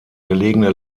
gelegene